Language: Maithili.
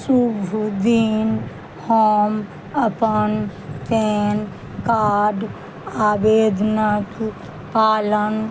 शुभ दिन हम अपन पैन कार्ड आवेदनके पालन